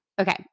Okay